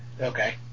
Okay